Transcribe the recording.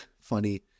Funny